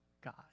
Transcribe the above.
God